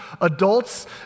Adults